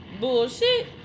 Bullshit